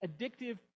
addictive